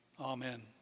Amen